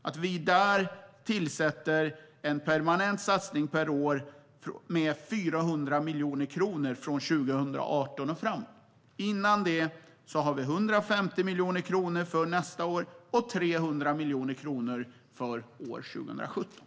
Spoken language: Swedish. Där gör vi en permanent satsning per år med 400 miljoner kronor från 2018 och framåt. Före det har vi 150 miljoner kronor för nästa år och 300 miljoner kronor för 2017.